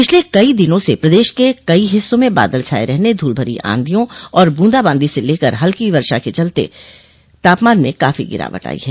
पिछले कई दिनों से प्रदेश के कई हिस्सों में बादल छाये रहने धूल भरी आंधियां और बूंदा बांदी से लेकर हल्की वर्षा के चलते तापमान में काफी गिरावट आयी है